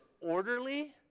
orderly